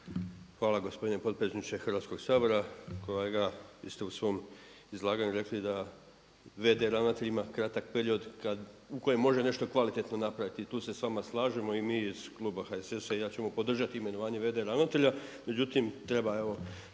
Hvala gospodine potpredsjedniče Hrvatskog sabora. Kolega vi ste u svom izlaganju rekli da VD ravnatelj ima kratak period u kojem može nešto kvalitetno napraviti. I tu se s vama slažemo i mi iz kluba HSS-a i ja ćemo podržati imenovanje VD ravnatelja.